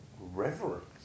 Reverence